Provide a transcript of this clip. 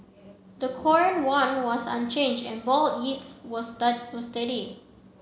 the Korean won was unchanged and bond were steady